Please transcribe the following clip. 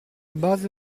base